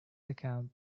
account